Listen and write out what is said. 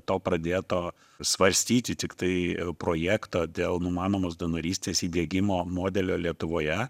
to pradėto svarstyti tiktai projekto dėl numanomos donorystės įdiegimo modelio lietuvoje